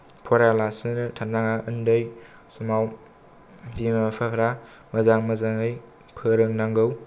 फरायालासेनो थानाङा उन्दै समाव बिमा बिफाफोरा मोजां मोजाङै फोरोंनांगौ